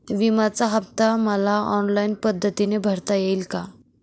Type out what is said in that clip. विम्याचा हफ्ता मला ऑनलाईन पद्धतीने भरता येईल का?